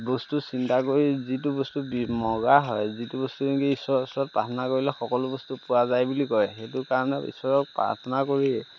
বস্তু চিন্তা কৰি যিটো বস্তু মগা হয় যিটো বস্তু নেকি ঈশ্বৰৰ ওচৰত প্ৰাৰ্থনা কৰিলে সকলো বস্তু পোৱা যায় বুলি কয় সেইটো কাৰণে ঈশ্বৰৰ প্ৰাৰ্থনা কৰিয়ে